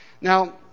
Now